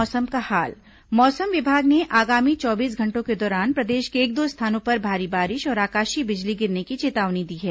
मौसम मौसम विभाग ने आगामी चौबीस घंटों के दौरान प्रदेश के एक दो स्थानों पर भारी बारिश और आकाशीय बिजली गिरने की चेतावनी है